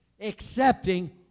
accepting